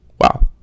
wow